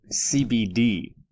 CBD